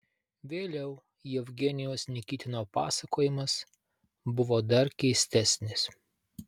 vėliau jevgenijaus nikitino pasakojimas buvo dar keistesnis